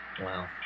Wow